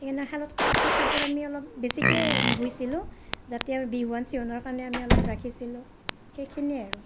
সেইকাৰণে শালত কাপোৰ চাপোৰ আমি অলপ বেছিকেই বৈছিলোঁ যাতে বিহুৱান চিহুৱানৰ কাৰণে আমি অলপ ৰাখিছিলোঁ সেইখিনিয়েই আৰু